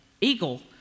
eagle